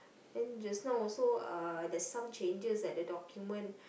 then just now also uh there's some changes at the document